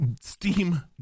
Steam